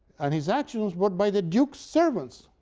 and his actions, but by the duke's servants,